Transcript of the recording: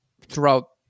throughout